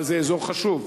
אבל זה אזור חשוב.